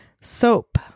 Soap